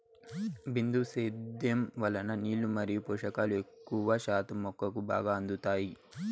బిందు సేద్యం వలన నీళ్ళు మరియు పోషకాలు ఎక్కువ శాతం మొక్కకు బాగా అందుతాయి